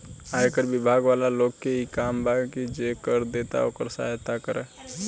आयकर बिभाग वाला लोग के इ काम बा की जे कर देता ओकर सहायता करऽ